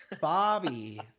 Bobby